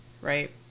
right